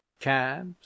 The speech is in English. cabs